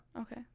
Okay